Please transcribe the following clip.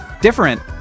different